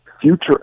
future